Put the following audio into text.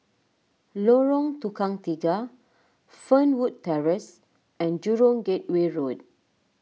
Lorong Tukang Tiga Fernwood Terrace and Jurong Gateway Road